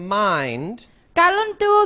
mind